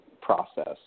process